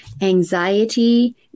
anxiety